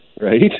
Right